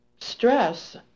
stress